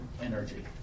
energy